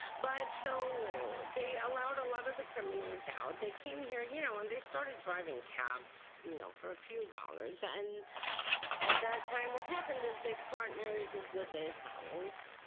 but so they allowed a lot of the criminals out. they came here, you know and they started driving cabs, you know, for a few dollars, and at that time what happened is they partnered with the italians.